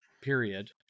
period